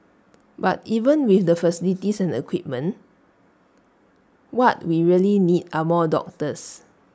but even with the facilities and equipment what we really need are more doctors